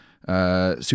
super